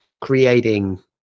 creating